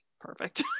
perfect